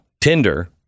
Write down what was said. Tinder